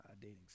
Dating